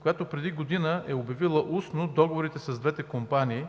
която преди година е обявила устно договорите с двете компании